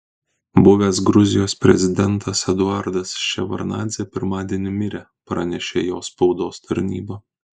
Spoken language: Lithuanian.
buvęs gruzijos prezidentas eduardas ševardnadzė pirmadienį mirė pranešė jo spaudos tarnyba